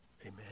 Amen